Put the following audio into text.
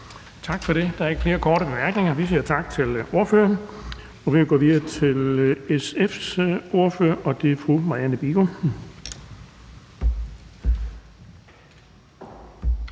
Tak for det. Der er ikke flere korte bemærkninger. Vi siger tak til ordføreren. Vi går videre til SF's ordfører, og det er fru Marianne Bigum.